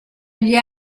gli